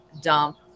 dump